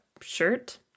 shirt